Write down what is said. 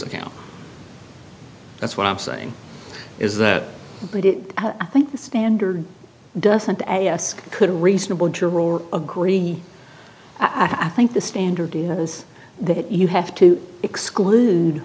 account that's what i'm saying is that i think the standard doesn't yes could a reasonable juror agree i think the standard is that you have to exclude